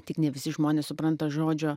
tik ne visi žmonės supranta žodžio